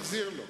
הממשלה,